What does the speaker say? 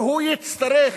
והוא יצטרך